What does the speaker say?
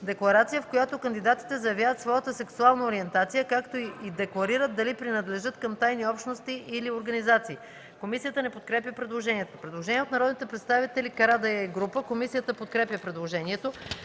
„Декларация, в която кандидатите заявяват своята сексуална ориентация, както и декларират дали принадлежат към тайни общности или организации.” Комисията не подкрепя предложението. Предложение от народния представител Мустафа Карадайъ и група народни представители. Комисията подкрепя предложението.